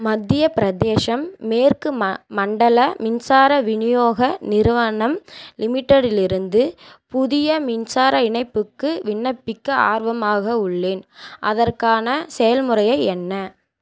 மத்திய பிரதேசம் மேற்கு ம மண்டல மின்சார விநியோக நிறுவனம் லிமிடெடிலிருந்து புதிய மின்சார இணைப்புக்கு விண்ணப்பிக்க ஆர்வமாக உள்ளேன் அதற்கான செயல்முறை என்ன